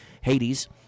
Hades